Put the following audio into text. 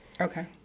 Okay